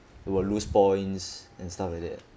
we will lose points and stuff like that